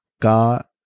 God